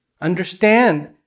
understand